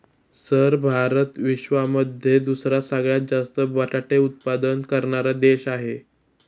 sir Bharat विश्वामध्ये दुसरा सगळ्यात जास्त बटाटे उत्पादन करणारा देश आहे